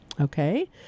Okay